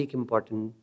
important